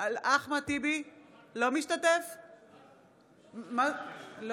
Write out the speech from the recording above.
לא משתתף יוסף טייב,